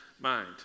mind